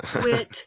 Quit